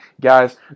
Guys